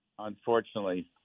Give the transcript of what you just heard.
unfortunately